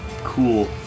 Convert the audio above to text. Cool